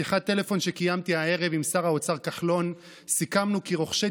בשיחת טלפון שקיימתי הערב עם שר האוצר כחלון סיכמנו כי רוכשי